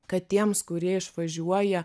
kad tiems kurie išvažiuoja